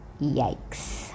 Yikes